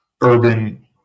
urban